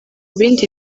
bindi